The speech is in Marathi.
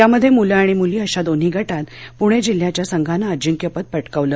यामध्ये मुले आणि मुली अशा दोन्ही गटात पूणे जिल्ह्याच्या संघानं अजिंक्यपद पटकावलं